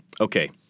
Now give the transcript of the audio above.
Okay